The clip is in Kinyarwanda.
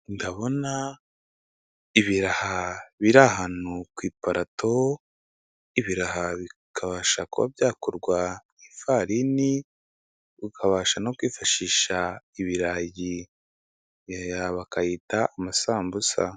Ndabona ibiraha biri ahantu ku iparato, ibiraha bikabasha kuba byakorwa mu ifarini ukabasha no kwifashisha ibirayi bakayita amasambusa.